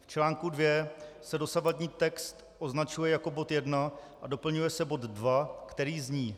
V článku 2 se dosavadní text označuje jako bod 1 a doplňuje se bod 2, který zní: